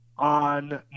on